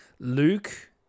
Luke